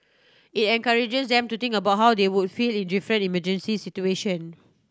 it encourages them to think about how they would feel in different emergency situation